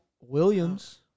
Williams